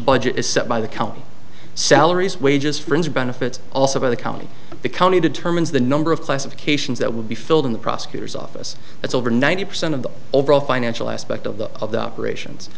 budget is set by the county salaries wages fringe benefits also by the county the county determines the number of classifications that will be filled in the prosecutor's office it's over ninety percent of the overall financial aspect of the of the operations